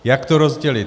Jak to rozdělit.